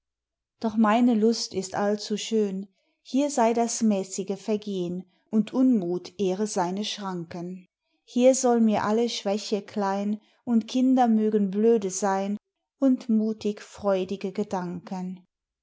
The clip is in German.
doch meine lust ist allzuschön hier sei das mäßige vergehn und unmuth ehre keine schranken hier soll mir alle schwäche klein und kinder mögen blöde sein und mutig freudige gedanken